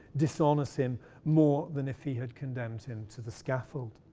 dishonours him more than if he had condemned him to the scaffold.